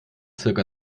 zirka